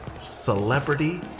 Celebrity